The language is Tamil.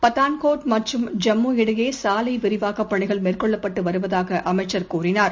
பதாளகோட் மற்றம் ஜம்மு இடையேசாலைவிரிவாக்கப் பனிகள் மேற்கொள்ளப்பட்டுவருவதாகஅமைச்சர் கூறினார்